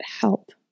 help